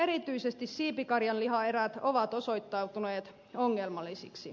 erityisesti siipikarjanlihaerät ovat osoittautuneet ongelmallisiksi